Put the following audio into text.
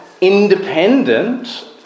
independent